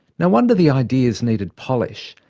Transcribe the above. no wonder the ideas need re-polish.